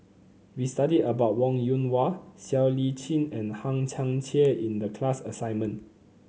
we studied about Wong Yoon Wah Siow Lee Chin and Hang Chang Chieh in the class assignment